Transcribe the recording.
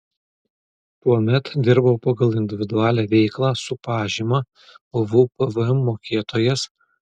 tuomet dirbau pagal individualią veiklą su pažyma buvau pvm mokėtojas